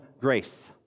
grace